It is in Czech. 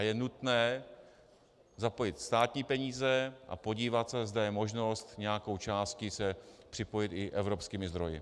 Je nutné zapojit státní peníze a podívat se, zda je možnost nějakou částí se připojit i evropskými zdroji.